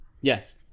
Yes